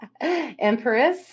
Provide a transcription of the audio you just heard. Empress